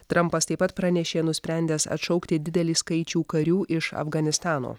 trampas taip pat pranešė nusprendęs atšaukti didelį skaičių karių iš afganistano